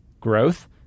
growth